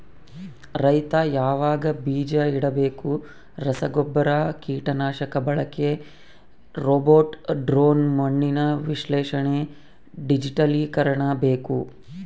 ರೈತ ಯಾವಾಗ ಬೀಜ ಇಡಬೇಕು ರಸಗುಬ್ಬರ ಕೀಟನಾಶಕ ಬಳಕೆ ರೋಬೋಟ್ ಡ್ರೋನ್ ಮಣ್ಣಿನ ವಿಶ್ಲೇಷಣೆ ಡಿಜಿಟಲೀಕರಣ ಬೇಕು